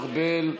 ארבל,